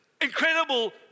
incredible